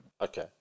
Okay